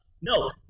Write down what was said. No